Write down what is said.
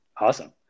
Awesome